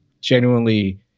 genuinely